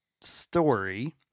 story